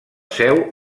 seu